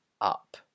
up